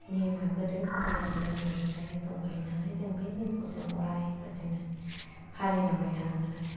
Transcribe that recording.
नेमआ गोदो गोदाय आबै आबौनि फ्रायनो दंखायो नालाय जों बे नेमखौ जों अरायबो फालि लांबाय थानांगोन आरो